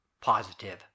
positive